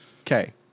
Okay